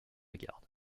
garde